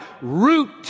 root